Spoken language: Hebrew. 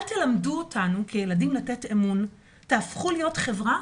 אל תלמדו אותנו כילדים לתת אמון, תהפכו להיות חברה